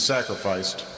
Sacrificed